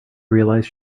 realized